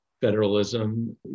federalism